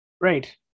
right